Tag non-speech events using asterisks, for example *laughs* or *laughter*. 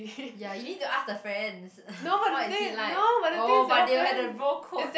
ya you need to ask the friends *laughs* what is he like oh but they will have that bro code